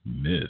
Miss